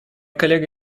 коллега